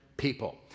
people